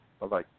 Bye-bye